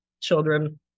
children